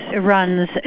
runs